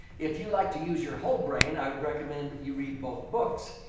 if you like to use your whole brain, i would recommend you read both books.